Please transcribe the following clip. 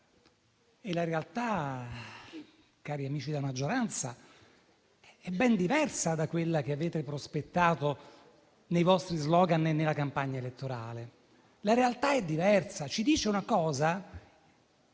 la realtà che, cari amici della maggioranza, è ben diversa da quella che avete prospettato nei vostri *slogan* e nella campagna elettorale. La realtà è diversa e ci dice una cosa